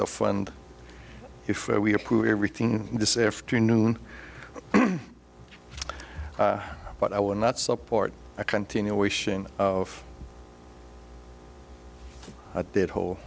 the fund if we approve everything this afternoon but i would not support a continuation of a dead whole